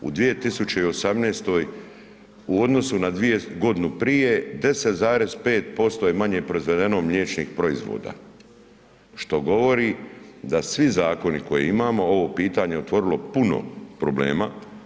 U 2018. u odnosu na dvije, godinu prije 10,5% je manje proizvedeno mliječnih proizvoda, što govori da svi zakoni koje imamo ovo pitanje otvorilo puno problema.